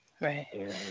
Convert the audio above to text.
Right